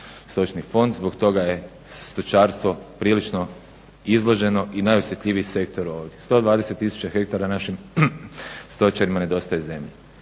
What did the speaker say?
stočni fond. Zbog toga je stočarstvo prilično izloženo i najosjetljiviji sektor ovdje. 120 tisuća hektara našim stočarima nedostaje zemlje.